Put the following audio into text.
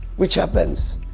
which happens,